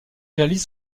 réalise